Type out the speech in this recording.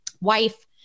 wife